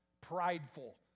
prideful